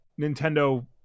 Nintendo